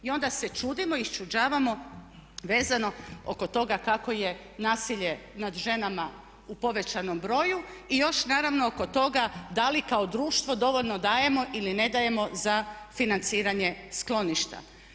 I onda se čudimo, iščuđavamo vezano oko toga kako je nasilje nad ženama u povećanom broju i još naravno oko toga da li kao društvo dovoljno dajemo ili ne dajemo za financiranje skloništa.